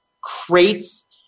crates